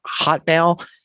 hotmail